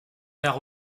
faire